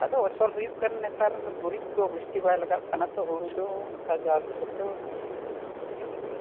ᱟᱫᱚ ᱚᱵᱚᱥᱚᱨ ᱦᱩᱭᱩᱜ ᱠᱟᱱᱟ ᱱᱮᱛᱟᱨ ᱦᱩᱭᱩᱜ ᱠᱟᱱᱟ ᱜᱩᱨᱤᱡ ᱠᱚ ᱵᱤᱥᱛᱤ ᱵᱟᱭ ᱞᱟᱜᱟᱜ ᱠᱟᱱᱟ ᱛᱚ ᱦᱳᱲᱳ ᱫᱚ ᱚᱱᱠᱟ ᱡᱟᱣ ᱦᱤᱥᱟᱹᱵ ᱫᱚ ᱤᱭᱟᱹᱜ ᱠᱟᱱᱟ